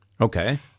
Okay